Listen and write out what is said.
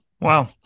Wow